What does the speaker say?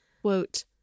Quote